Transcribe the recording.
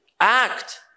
act